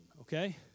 Okay